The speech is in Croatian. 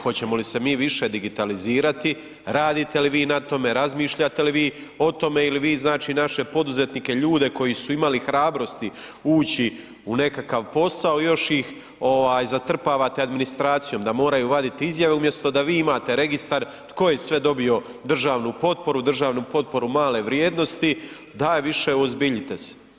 Hoćemo li se mi više digitalizirati, radite li vi na tome, razmišljate li vi o tome ili vi znači naše poduzetnike ljude koji su imali hrabrosti ući u nekakav posao, još ih zatrpavate administracijom da moraju vaditi izjave umjesto da vi imate registar tko je sve dobio državnu potporu, državnu potporu male vrijednosti, daj više uozbiljite se.